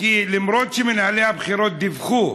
כי למרות שמנהלי הבחירות דיווחו